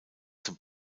zum